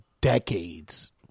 decades